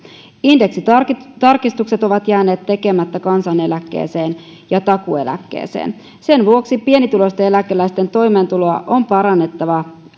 indeksitarkistukset ovat jääneet tekemättä kansaneläkkeeseen ja takuueläkkeeseen sen vuoksi pienituloisten eläkeläisten toimeentuloa on parannettava